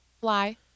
Fly